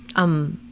um,